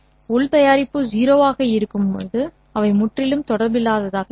உள் தயாரிப்பு 0 ஆக இருக்கும் அதாவது அவை முற்றிலும் தொடர்பில்லாததாக இருக்கும்